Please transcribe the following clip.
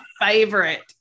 favorite